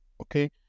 Okay